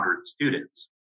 students